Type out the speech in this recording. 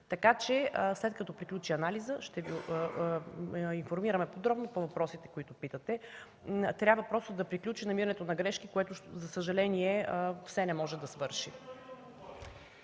2012 г. След като приключи анализът, ще Ви информирам подробно по въпросите, които зададохте. Трябва да приключи намирането на грешки, което, за съжаление, все не може да свърши.